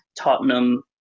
Tottenham